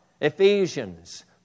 Ephesians